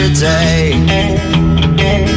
today